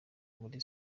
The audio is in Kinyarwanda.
muri